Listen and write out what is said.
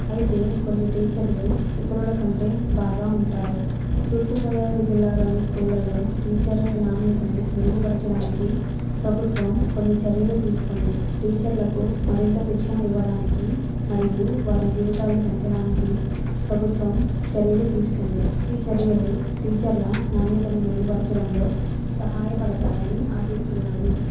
అయితే కొన్ని టీచర్లు ఇతరుల కంటే బాగా ఉంటారు తూర్పు గోదావరి జిల్లాలోని స్కూళ్ళల్లో టీచర్లు నాణ్యతను మెరుగుపరచడానికి ప్రభుత్వం కొన్ని చర్యలు తీసుకుంది టీచర్లకు మరింత శిక్షణ ఇవ్వడానికి మరియు వారి జీవితాలు పెంచడానికి ప్రభుత్వం చర్యలు తీసుకుంది ఈ చర్యలు టీచర్ల నాణ్యతను మెరుగుపరచడంలో సహాయపడుతాయి అని ఆశిస్తున్నాను